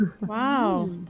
Wow